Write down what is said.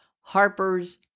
Harper's